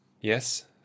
yes